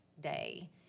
day